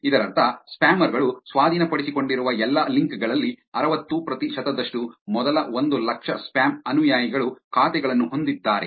ಇದರರ್ಥ ಸ್ಪ್ಯಾಮರ್ ಗಳು ಸ್ವಾಧೀನಪಡಿಸಿಕೊಂಡಿರುವ ಎಲ್ಲಾ ಲಿಂಕ್ ಗಳಲ್ಲಿ ಅರವತ್ತು ಪ್ರತಿಶತದಷ್ಟು ಮೊದಲ ಒಂದು ಲಕ್ಷ ಸ್ಪ್ಯಾಮ್ ಅನುಯಾಯಿಗಳು ಖಾತೆಗಳನ್ನು ಹೊಂದಿದ್ದಾರೆ